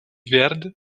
verde